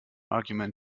argument